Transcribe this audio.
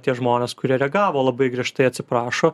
tie žmonės kurie reagavo labai griežtai atsiprašo